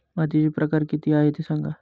मातीचे प्रकार किती आहे ते सांगा